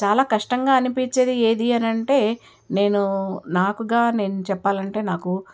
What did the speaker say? చాలా కష్టంగా అనిపించేది ఏది అని అంటే నేను నాకుగా నేను చెప్పాలంటే నాకు